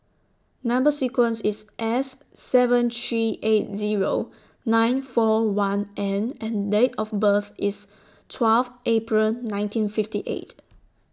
Number sequence IS S seven three eight Zero nine four one N and Date of birth IS twelve April nineteen fifty eight